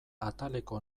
ataleko